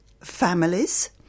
families